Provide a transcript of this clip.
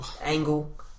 angle